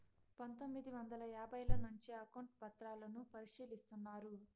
పందొమ్మిది వందల యాభైల నుంచే అకౌంట్ పత్రాలను పరిశీలిస్తున్నారు